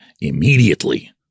immediately